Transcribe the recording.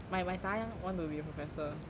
my my 大洋 want to be a professor